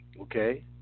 okay